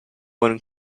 one